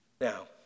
Now